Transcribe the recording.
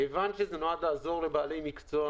כיוון שזה נועד לעזור לבעלי מקצוע.